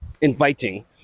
inviting